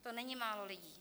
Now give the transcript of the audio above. To není málo lidí.